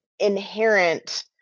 inherent